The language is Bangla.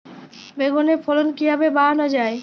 বেগুনের ফলন কিভাবে বাড়ানো যায়?